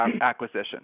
acquisition